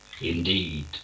indeed